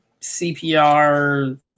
CPR